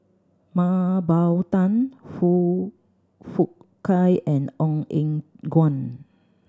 Mah Bow Tan Foong Fook Kay and Ong Eng Guan